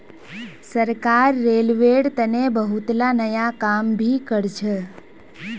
सरकार रेलवेर तने बहुतला नया काम भी करछ